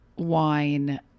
wine